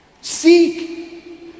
Seek